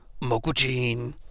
Mokujin